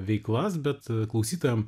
veiklas bet klausytojam